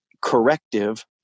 corrective